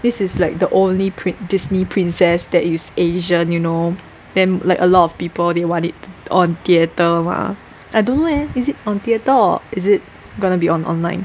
this is like the only prin~ Disney princess that is asian you know then like a lot of people they want it on theatre mah I dont know leh is it on theatre or is it gonna be on online